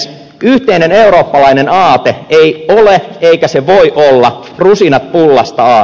yhteinen eurooppalainen aate ei ole eikä se voi olla rusinat pullasta aate